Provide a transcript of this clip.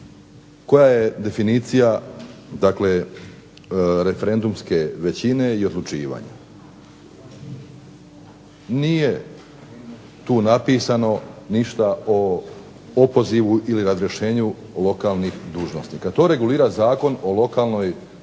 koja je definicija referendumske većine i odlučivanja. Nije tu napisano ništa o opozivu ili razrješenju lokalnih dužnosnika. To regulira Zakon o lokalnoj